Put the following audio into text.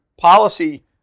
policy